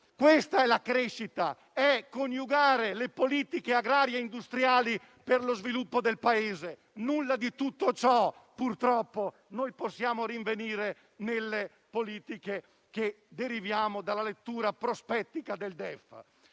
Questa è la crescita: coniugare le politiche agrarie e industriali per lo sviluppo del Paese. Nulla di tutto ciò, purtroppo, possiamo rinvenire nelle politiche che deriviamo dalla lettura prospettica del DEF.